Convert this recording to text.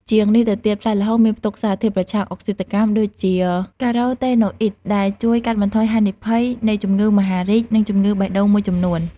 ជាងនេះទៅទៀត ផ្លែល្ហុងមានផ្ទុកសារធាតុប្រឆាំងអុកស៊ីតកម្មដូចជា carotenoids ដែលជួយកាត់បន្ថយហានិភ័យនៃជំងឺមហារីក និងជំងឺបេះដូងមួយចំនួន។